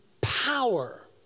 power